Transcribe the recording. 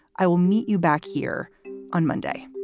i will meet you back here on monday